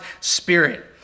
Spirit